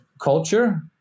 culture